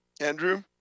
Andrew